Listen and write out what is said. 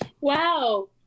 Wow